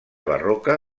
barroca